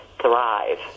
thrive